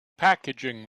packaging